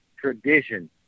tradition